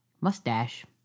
mustache